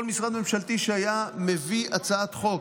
כל משרד ממשלתי שהיה מביא הצעת חוק,